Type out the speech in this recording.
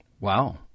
Wow